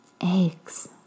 Eggs